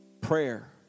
prayer